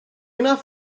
wnaeth